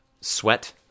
sweat